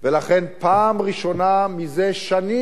לכן בפעם הראשונה זה שנים